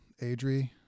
Adri